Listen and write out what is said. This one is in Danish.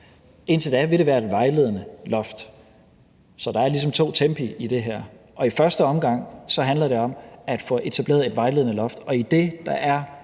Indtil da vil det være et vejledende loft. Så der er ligesom to tempi i det her, og i første omgang handler det om at få etableret et vejledende loft, og der er en